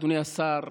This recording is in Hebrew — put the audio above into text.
אדוני השר,